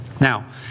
Now